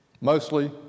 mostly